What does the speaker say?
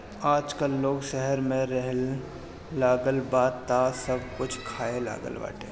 आजकल लोग शहर में रहेलागल बा तअ सब कुछ खाए लागल बाटे